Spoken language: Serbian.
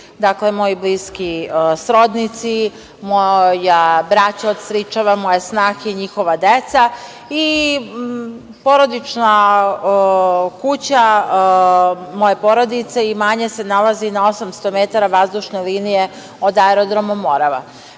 dakle, moji bliski srodnici, moja braća od stričeva, moje snahe i njihova deca. Porodična kuća moje porodice i imanje se nalazi na 800 metara vazdušne linije od aerodroma Morava. Kada